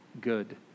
good